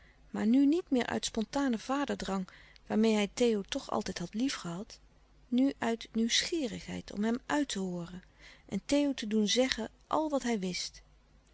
maar nu niet meer uit spontanen vaderdrang waarmeê hij theo toch altijd had liefgehad nu uit nieuwsgierigheid om hem uit te hooren en theo te doen zeggen al wat hij wist